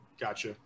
Gotcha